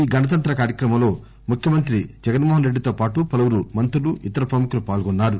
ఈ కార్యక్రమంలో ముఖ్యమంత్రి జగన్మోహన్ రెడ్డితో పాటు పలువురు మంత్రులు ఇతర ప్రముఖులు పాల్గొన్నారు